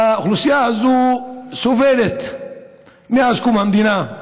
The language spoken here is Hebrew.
האוכלוסייה הזאת סובלת מאז קום המדינה,